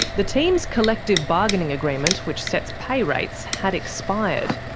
the team's collective bargaining agreement, which sets pay rates, had expired.